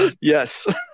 Yes